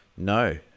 No